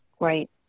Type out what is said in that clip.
Right